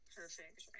perfect